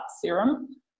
serum